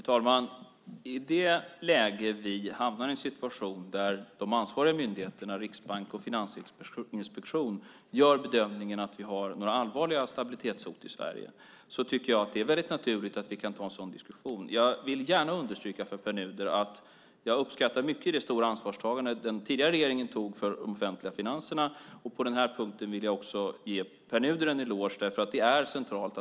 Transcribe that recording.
Fru talman! Om vi hamnar i en situation där de ansvariga myndigheterna - Riksbanken och Finansinspektionen - gör bedömningen att vi har några allvarliga stabilitetshot i Sverige tycker jag att det är väldigt naturligt att vi kan ta en sådan diskussion. Jag vill gärna understryka för Pär Nuder att jag uppskattar mycket det stora ansvarstagande som den tidigare regeringen tog för de offentliga finanserna. På denna punkt vill jag också ge Pär Nuder en eloge därför att det är centralt.